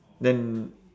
then